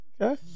Okay